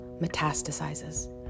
metastasizes